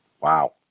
Wow